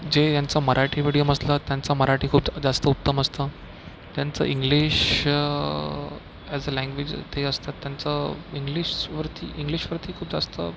जे ह्याचं मराठी मिडीयम असलं त्यांचं मराठी जास्त उत्तम असतं त्याचं इंग्लिश एज अ लेंग्वेज ते असतात त्यांचं इंग्लिशवरती इंग्लिशवरती खूप जास्त